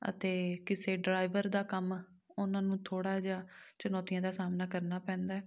ਅਤੇ ਕਿਸੇ ਡਰਾਇਵਰ ਦਾ ਕੰਮ ਉਹਨਾਂ ਨੂੰ ਥੋੜ੍ਹਾ ਜਿਹਾ ਚੁਣੌਤੀਆਂ ਦਾ ਸਾਹਮਣਾ ਕਰਨਾ ਪੈਂਦਾ